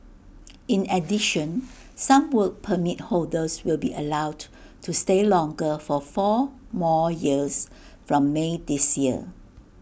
in addition some Work Permit holders will be allowed to stay longer for four more years from may this year